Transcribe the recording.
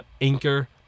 anchor